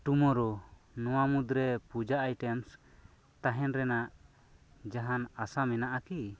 ᱴᱩᱢᱳᱨᱳ ᱱᱚᱟ ᱢᱩᱫ ᱨᱮ ᱯᱩᱡᱟ ᱟᱭᱴᱮᱢᱥ ᱛᱟᱦᱮᱸᱱ ᱨᱮᱱᱟᱜ ᱡᱟᱦᱟᱸᱱ ᱟᱥᱟ ᱢᱮᱱᱟᱜᱼᱟ ᱠᱤ